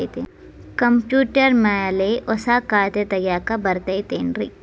Computer ಮ್ಯಾಲೆ ಹೊಸಾ ಖಾತೆ ತಗ್ಯಾಕ್ ಬರತೈತಿ ಏನ್ರಿ?